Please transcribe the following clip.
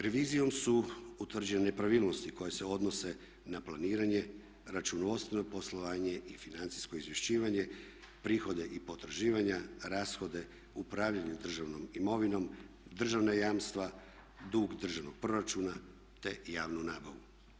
Revizijom su utvrđene nepravilnosti koje se odnose na planiranje, računovodstveno poslovanje i financijsko izvješćivanje, prihode i potraživanja, rashode, upravljanje državnom imovinom, državna jamstva, dug državnog proračuna te javnu nabavu.